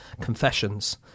confessions